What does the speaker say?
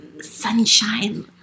sunshine